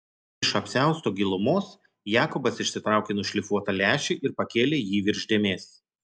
iš apsiausto gilumos jakobas išsitraukė nušlifuotą lęšį ir pakėlė jį virš dėmės